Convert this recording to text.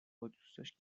بادوستاش